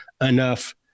enough